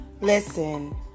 Listen